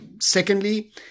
Secondly